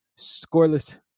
scoreless